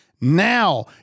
Now